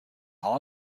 all